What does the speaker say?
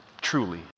Truly